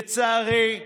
לצערי,